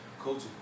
Coaching